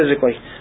physically